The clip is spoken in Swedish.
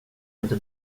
inte